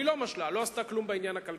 היא לא משלה ולא עשתה כלום בעניין הכלכלי.